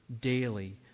daily